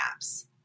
apps